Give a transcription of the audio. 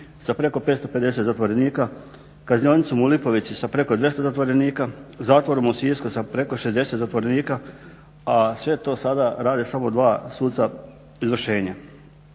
sa preko 550 zatvorenika, Kaznionicom u Lipovici sa preko 200 zatvorenika, Zatvorom u Sisku sa preko 60 zatvorenika, a sve to sada rade samo dva suca izvršenja.